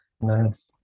Nice